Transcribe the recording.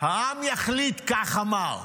"העם יחליט", כך אמר.